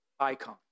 icon